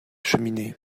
cheminée